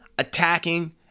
attacking